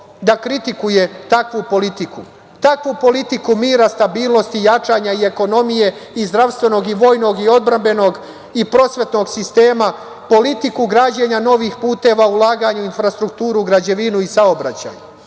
da kritikuje takvu politiku, takvu politiku mira, stabilnosti, jačanja i ekonomije i zdravstvenog i vojnog i odbrambenog i prosvetnog sistema, politiku građenja novih puteva, ulaganja u infrastrukturu, građevinu i saobraćaj?